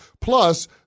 Plus